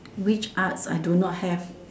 which arts I do not have